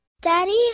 Daddy